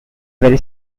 very